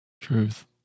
truth